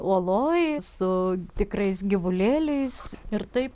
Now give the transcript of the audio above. uoloj su tikrais gyvulėliais ir taip